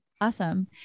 Awesome